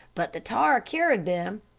but the tar cured them,